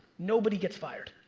nobody gets fired.